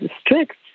strict